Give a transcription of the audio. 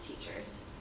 teachers